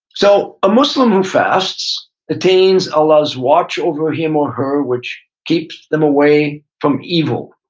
so, a muslim who fasts attains allah's watch over him or her, which keeps them away from evil